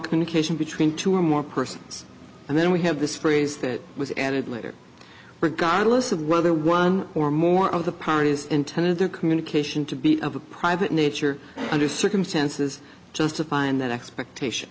communication between two or more persons and then we have this phrase that was added later regardless of whether one or more of the parties intended their communication to be of a private nature under circumstances justifying that expectation